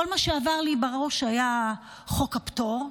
כל מה שעבר לי בראש היה חוק הפטור,